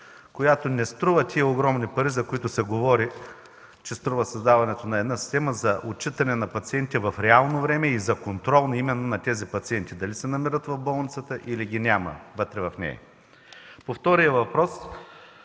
която не струва тези огромни пари, за които се говори, че струва създаването на система за отчитане на пациенти в реално време и за контрол именно на тези пациенти – дали се намират в болницата, или ги няма вътре в нея. По втория въпрос